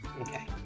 Okay